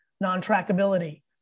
non-trackability